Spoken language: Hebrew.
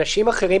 אנשים אחרים,